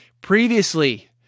Previously